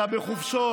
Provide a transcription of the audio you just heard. אתה בחופשות,